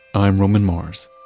i'm roman mars